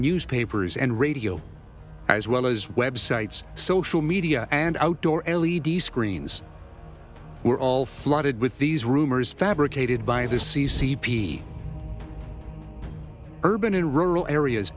newspapers and radio as well as websites social media and outdoor l e d screens we're all flooded with these rumors fabricated by the c c p urban and rural areas